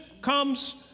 comes